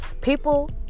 People